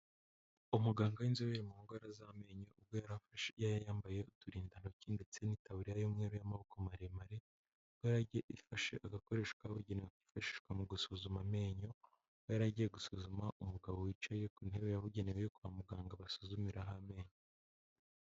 Umuganga w'inzobere mu ndwara z'amenyo, ubwo yari afashe yari yambaye uturindantoki ndetse n'itaburiya y'umweru y'amaboko maremare, ubwo yari agiye afashe agakoresho kabugenewe kifashishwa mu gusuzuma amenyo, aho yari agiye gusuzuma umugabo wicaye ku ntebe yabugenewe yo kwa muganga basuzumiraho amenyo.